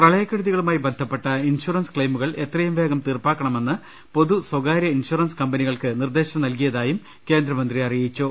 പ്രളയക്കെടുതികളുമായി ബന്ധപ്പെട്ട ഇൻഷുറൻസ് ക്ലെയിമുകൾ എത്രയും വേഗം തീർപ്പാക്ക ണമെന്ന് പൊതു സ്വകാരൃ ഇൻഷ്വറൻസ് കമ്പനികൾക്ക് നിർദ്ദേശം നൽകിയതായും കേന്ദ്രമന്ത്രി അറിയിച്ചു